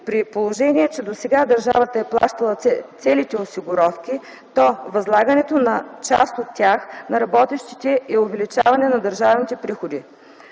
при положение, че досега държавата е плащала целите осигуровки, то възлагането на част от тях на работещите е увеличаване на държавните приходи